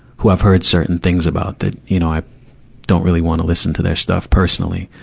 who i've heard certain things about that, you know, i don't really wanna listen to their stuff personally.